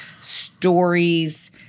stories –